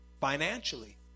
financially